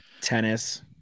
tennis